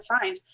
find